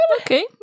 Okay